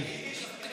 מה